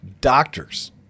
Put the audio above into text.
Doctors